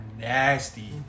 nasty